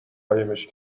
قایمش